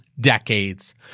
decades